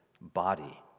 body